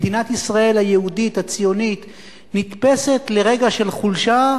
מדינת ישראל היהודית הציונית נתפסת לרגע של חולשה,